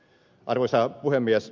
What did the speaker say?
arvoisa puhemies